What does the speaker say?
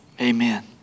Amen